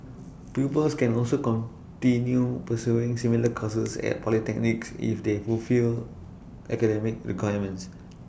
pupils can also continue pursuing similar courses at polytechnics if they fulfil academic requirements